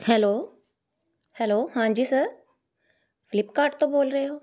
hello hello ਹਾਂਜੀ sir Flipkart ਤੋਂ ਬੋਲ ਰਹੇ ਹੋ